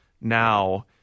now